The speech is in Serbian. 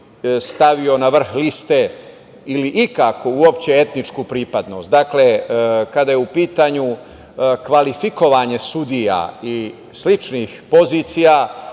stavio na vrh liste, ili ikako uopšte etničku pripadnost, dakle kada je u pitanju kvalifikovanje sudija i sličnih pozicija,